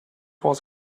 was